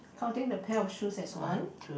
counting the pair of shoes as one